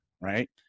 right